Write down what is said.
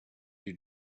you